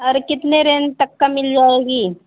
अरे कितने रेंज तक का मिल जाएगी